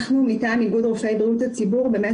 אנחנו מטעם איגוד רופאי בריאות הציבור באמת